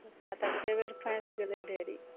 हँ तऽ कए बेर फँसि गेलय ढेरी